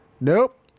nope